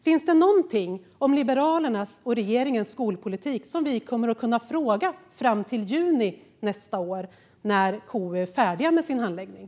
Finns det någonting när det gäller Liberalernas och regeringens skolpolitik som vi kommer att kunna fråga om fram till juni nästa år, när KU är färdigt med sin handläggning?